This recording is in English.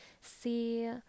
see